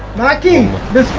marking